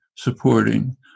supporting